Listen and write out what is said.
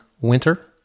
winter